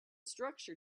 structure